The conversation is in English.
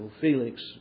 Felix